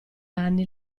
anni